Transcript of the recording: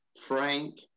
Frank